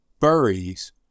buries